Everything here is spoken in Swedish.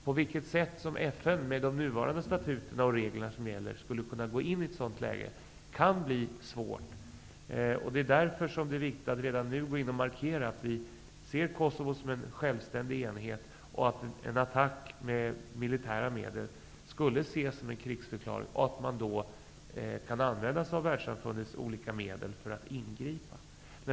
På vilket sätt FN, med nuvarande statuter och regler, kan gå in i ett sådant läge kan bli svårt att avgöra. Det är därför viktigt att redan nu markera att vi ser Kosovo som en självständig enhet och att en attack med militära medel skulle ses som en krigsförklaring. Då skulle man kunna använda världssamfundets olika medel för att ingripa.